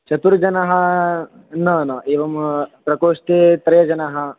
चतुर्जनाः न न एवं प्रकोष्ठे त्रयः जनाः